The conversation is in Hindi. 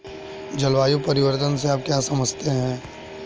जलवायु परिवर्तन से आप क्या समझते हैं?